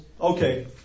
okay